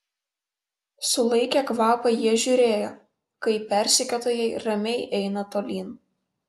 sulaikę kvapą jie žiūrėjo kaip persekiotojai ramiai eina tolyn